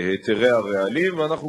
רעלים, דרך ההיתר הזה, אנחנו